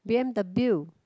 B_M_W